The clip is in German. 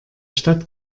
stadt